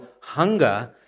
hunger